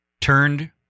turned